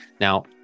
Now